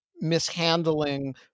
mishandling